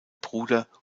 bruder